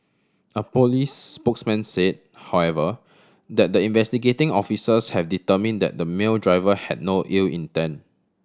a police spokesman say however that the investigating officers have determine that the male driver had no ill intent